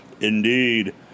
Indeed